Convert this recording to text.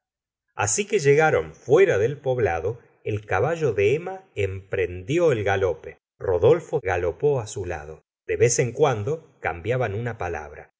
as que llegaron fuera del poblado el caballo de emma emprendió el galope roberto galopó su lado de vez en cuando cambiaban una palabra